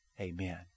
Amen